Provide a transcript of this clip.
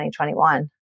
2021